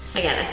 again,